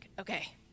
Okay